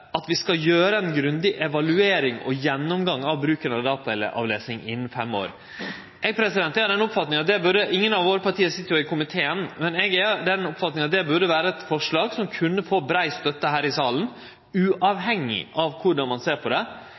at vi skal gjere ei grundig evaluering og gjennomgang av bruken av dataavlesing innan fem år. Ingen av våre parti sit i komiteen, men eg er av den oppfatninga at dette burde vere eit forslag som kunne få brei støtte her i salen, uavhengig av korleis ein ser på det.